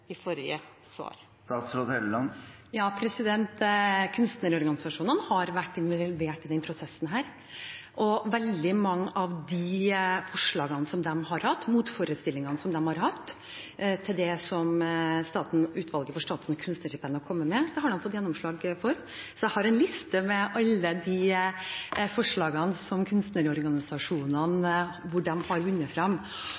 i forrige svar? Kunstnerorganisasjonene har vært involvert i denne prosessen. Veldig mange av de motforestillingene som de har hatt til det som Utvalget for statens kunstnerstipend har kommet med, har de fått gjennomslag for. Jeg har en liste med alle de forslagene der kunstnerorganisasjonene